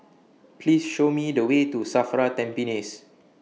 Please Show Me The Way to SAFRA Tampines